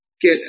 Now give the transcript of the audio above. get